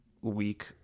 week